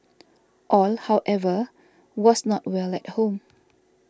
all however was not well at home